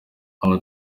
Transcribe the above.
abo